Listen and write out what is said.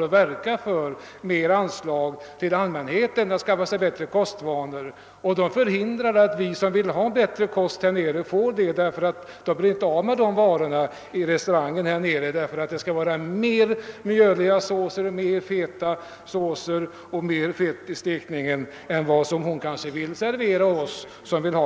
de verka för mera anslag så att allmänheten skall kunna få bättre kostvanor. Där hindras vi som vill ha bättre kost att få detta ty Restauranten blir inte av med den maten. Det är bl.a. de mjöliga såserna och fett i stekningen som så många vill ha.